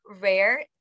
rare